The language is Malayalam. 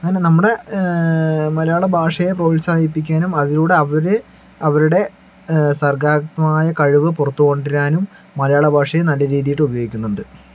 അങ്ങനെ നമ്മുടെ മലയാള ഭാഷയെ പ്രോത്സാഹിപ്പിക്കാനും അതിലൂടെ അവർ അവരുടെ സര്ഗാത്മകമായ കഴിവ് പുറത്തു കൊണ്ടുവരാനും മലയാളഭാഷയെ നല്ല രീതിയില് ഉപയോഗിക്കുന്നുണ്ട്